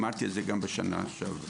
אמרתי את זה גם בשנה שעברה.